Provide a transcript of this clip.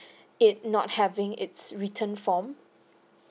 it not having its written form